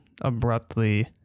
abruptly